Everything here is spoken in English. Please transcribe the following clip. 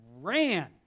Ran